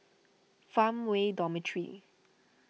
Farmway Dormitory